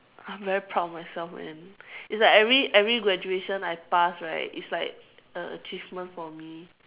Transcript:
I'm very proud of myself man it's like every every graduation I pass right it's like an achievement for me